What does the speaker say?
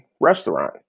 restaurant